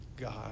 God